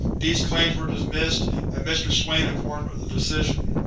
these claims were dismissed and mr. swain informed of the decision.